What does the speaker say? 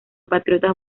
patriotas